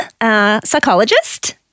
psychologist